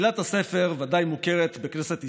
עלילת הספר ודאי מוכרת בכנסת ישראל,